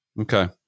Okay